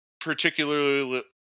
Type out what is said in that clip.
particularly